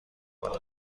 کنید